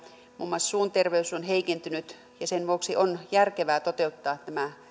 muun muassa suunterveys on heikentynyt ja sen vuoksi on järkevää toteuttaa tämä